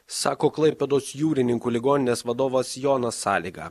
sako klaipėdos jūrininkų ligoninės vadovas jonas sąlyga